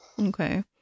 Okay